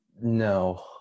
No